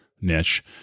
niche